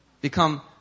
become